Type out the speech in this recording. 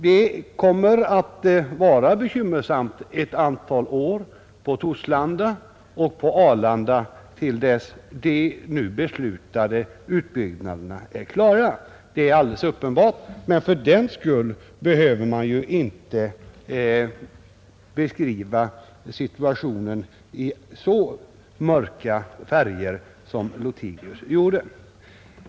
Det kommer att vara bekymmersamt ett antal år på Torslanda och på Arlanda till dess de nu beslutade utbyggnaderna är klara, det är alldeles uppenbart. Men för den skull behöver man ju inte måla situationen i så mörka färger som herr Lothigius gjorde.